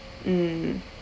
mm